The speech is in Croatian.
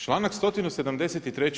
Članak 173.